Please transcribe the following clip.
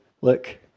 look